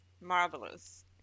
marvelous